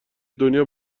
دنیا